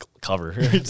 cover